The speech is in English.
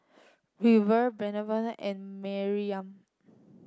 River Breonna and Maryam